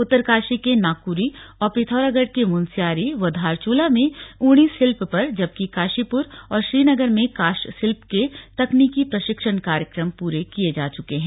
उत्तरकाशी के नाकरी और पिथौरागढ़ के मुन्स्यारी व धारचूला में ऊर्नी शिल्प पर जबकि काशीपुर और श्रीनगर में काष्ठ शिल्प के तकनीकी प्रशिक्षण कार्यक्रम पूरे किए जा चुके हैं